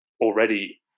already